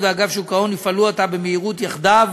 ואגף שוק ההון יפעלו עתה במהירות יחדיו